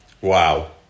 Wow